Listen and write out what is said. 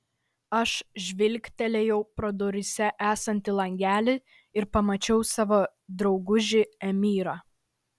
aš žvilgtelėjau pro duryse esantį langelį ir pamačiau savo draugužį emyrą